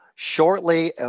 Shortly